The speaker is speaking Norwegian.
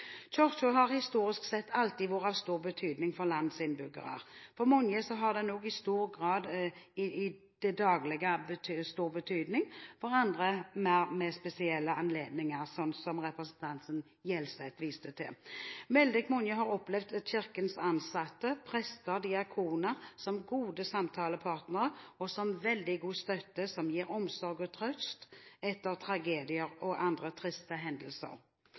har historisk sett alltid vært av stor betydning for landets innbyggere. For mange har den også i dag stor betydning, for noen i det daglige, for andre ved spesielle anledninger, slik som representanten Gjelseth viste til. Veldig mange har opplevd Kirkens ansatte, prester og diakoner som gode samtalepartnere, og som en veldig god støtte som gir omsorg og trøst etter tragedier og andre triste hendelser.